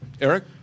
Eric